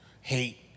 hate